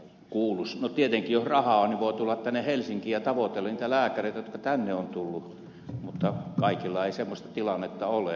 tietenkin jos rahaa on voi tulla tänne helsinkiin ja tavoitella niitä lääkäreitä jotka tänne ovat tulleet mutta kaikilla ei semmoista tilannetta ole